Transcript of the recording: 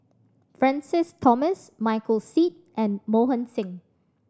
Francis Thomas Michael Seet and Mohan Singh